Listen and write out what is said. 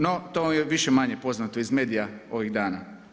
No to je više-manje poznato iz medija ovih dana.